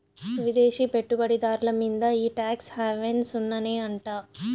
విదేశీ పెట్టుబడి దార్ల మీంద ఈ టాక్స్ హావెన్ సున్ననే అంట